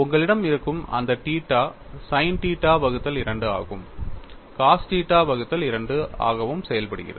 உங்களிடம் இருக்கும் அந்த தீட்டா sin தீட்டா வகுத்தல் 2 ஆகவும் cos தீட்டா வகுத்தல் 2 ஆகவும் செயல்படுகிறது